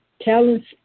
talents